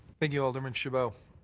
thank you, alderman chabot.